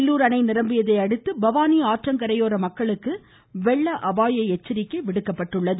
பில்லூர் அணை நிரம்பியதை அடுத்து பவானி ஆற்றங் கரையோர மக்களுக்கு வெள்ள அபாய எச்சரிக்கை விடப்பட்டுள்ளது